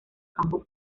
campo